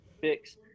fix